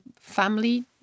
family